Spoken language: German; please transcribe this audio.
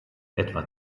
etwa